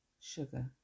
sugar